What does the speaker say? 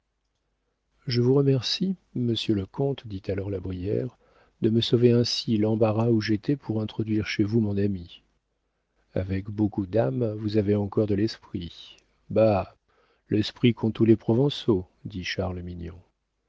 je vous remercie monsieur le comte dit alors la brière de me sauver ainsi l'embarras où j'étais pour introduire chez vous mon ami avec beaucoup d'âme vous avez encore de l'esprit bah l'esprit qu'ont tous les provençaux dit